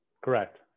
Correct